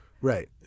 Right